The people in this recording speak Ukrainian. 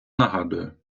нагадую